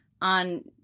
on